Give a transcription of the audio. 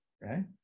right